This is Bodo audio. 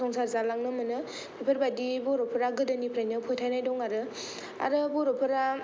संसार जालांनो मोनो बेफोरबादि बर'फोरा गोदोनिफ्रायनो फोथायनाय दं आरो आरो बर'फोरा